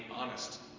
honest